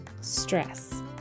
stress